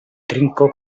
trinko